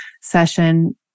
session